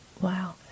Wow